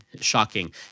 shocking